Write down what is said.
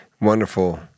wonderful